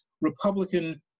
Republican